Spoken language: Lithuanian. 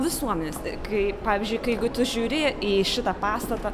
visuomenės kai pavyzdžiui kai jeigu tu žiūri į šitą pastatą